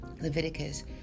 Leviticus